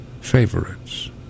favorites